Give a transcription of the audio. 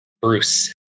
Bruce